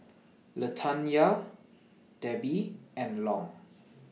Latanya Debbi and Long